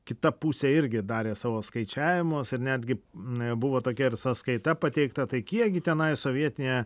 kita pusė irgi darė savo skaičiavimus ir netgi e buvo tokia ir sąskaita pateikta tai kiekgi tenai sovietinė